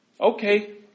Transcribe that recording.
Okay